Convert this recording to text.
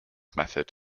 method